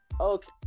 okay